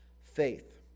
faith